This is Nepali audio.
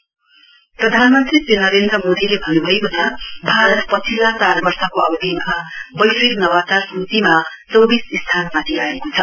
पीएम प्रधानमन्त्री श्री नरेन्द्र मोदीले भन्नु भएको छ भारत पछिल्ला चार वर्षको अवधिमा वैश्विक नवाचार सूचीमा चौबिस स्थानमाथि आएको छ